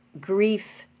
grief